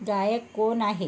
गायक कोण आहे